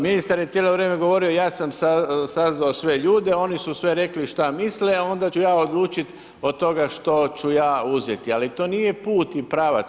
Ministar je cijelo vrijeme govorio ja sam sazvao sve ljude, oni su sve rekli šta misle, onda ću ja odlučit od toga što ću ja uzeti, ali to nije put i pravac.